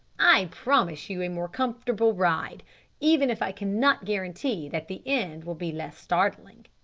i promise you a more comfortable ride even if i cannot guarantee that the end will be less startling.